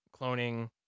cloning